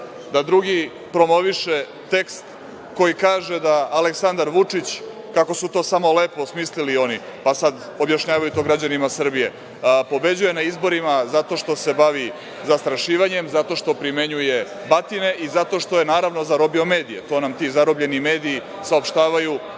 da drugi promoviše tekst koji kaže da Aleksandar Vučić, kako su to samo lepo smislili oni, pa sad objašnjavaju to građanima Srbije, pobeđuje na izborima zato što se bavi zastrašivanjem, zato što primenjuje batine i zato što je, naravno, zarobio medije. To nam ti zarobljeni mediji saopštavaju